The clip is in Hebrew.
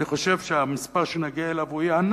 אני חושב שהמספר שנגיע אליו יהיה ענק.